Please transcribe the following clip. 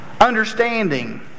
Understanding